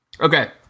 Okay